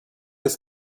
des